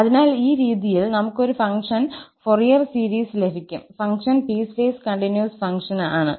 അതിനാൽ ഈ രീതിയിൽ നമുക്ക് ഒരു ഫംഗ്ഷൻ ഫൊറിയർ സീരീസ് ലഭിക്കും ഫംഗ്ഷൻ പീസ്വേസ് കണ്ടിന്യൂസ് ഫംഗ്ഷൻ ആണ്